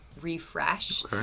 refresh